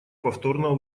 повторного